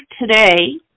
today